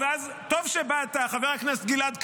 טוב שבאת, חבר הכנסת גלעד קריב,